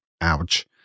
ouch